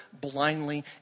blindly